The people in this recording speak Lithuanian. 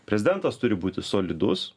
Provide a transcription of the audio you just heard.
prezidentas turi būti solidus